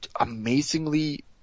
amazingly